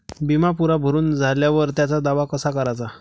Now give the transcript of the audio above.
बिमा पुरा भरून झाल्यावर त्याचा दावा कसा कराचा?